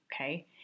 Okay